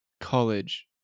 college